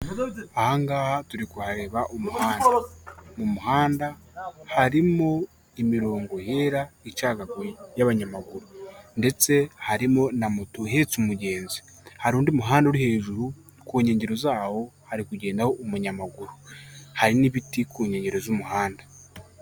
Ahangaha turi kuhareba umuhanda. Mu muhanda harimo imirongo yera icagaguye y'abanyamaguru ndetse harimo na moto hepfo y'umugenzi. Hari undi muhanda uri hejuru ku nkengero zawo hari kugenda umunyamaguru hari n'ibiti ku nkengero z'umuhanda.